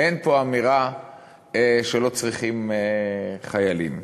אין פה אמירה שלא צריכים חיילים.